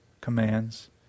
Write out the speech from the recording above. commands